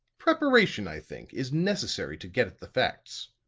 preparation, i think, is necessary to get at the facts.